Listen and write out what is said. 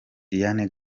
diane